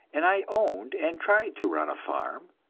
and i owned and tried to run a farm.